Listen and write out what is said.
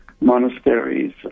monasteries